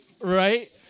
right